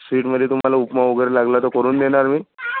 स्वीटमध्ये तुम्हाला उपमा वगैरे लागला तर करून देणार मी